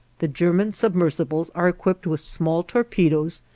the german submersibles are equipped with small torpedoes,